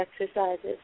exercises